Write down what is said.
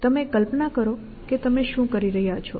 તમે કલ્પના કરો કે તમે શું કરી રહ્યા છો